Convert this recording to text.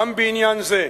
גם בעניין זה,